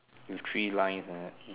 with three lines like that